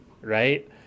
right